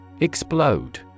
Explode